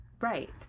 right